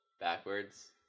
backwards